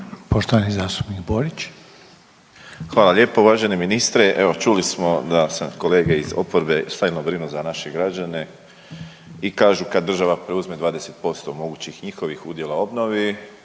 **Borić, Josip (HDZ)** Hvala lijepo, uvaženi ministre. Evo, čuli smo da se kolege iz oporbe stvarno brinu za naše građane i kažu kad država preuzme 20% mogućih njihovih udjela u obnovi